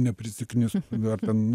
neprisiknis ar ten